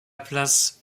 place